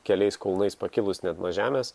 keliais kulnais pakilus net nuo žemės